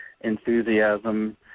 enthusiasm